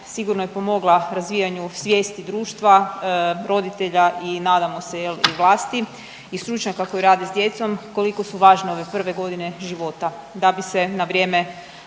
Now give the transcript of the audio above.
sigurno je pomogla razvijanju svijesti društva, roditelja i nadamo se jel i vlasti i stručnjaka koji rade s djecom koliko su važne ove prve godine života